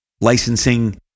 licensing